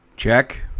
check